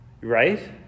right